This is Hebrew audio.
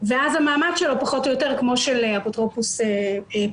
ואז המעמד שלו פחות או יותר כמו של אפוטרופוס פרטי.